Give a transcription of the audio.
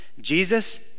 Jesus